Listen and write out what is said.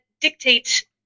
dictate